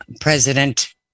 president